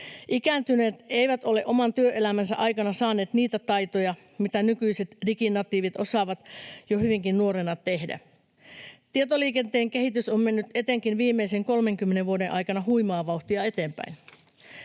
Ikääntyneet eivät ole oman työelämänsä aikana saaneet niitä taitoja, mitä nykyiset diginatiivit osaavat jo hyvinkin nuorena tehdä. Tietoliikenteen kehitys on mennyt etenkin viimeisen 30 vuoden aikana huimaa vauhtia eteenpäin.